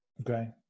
Okay